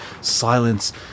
silence